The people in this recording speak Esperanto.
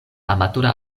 amatora